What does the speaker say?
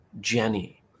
Jenny